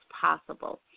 possible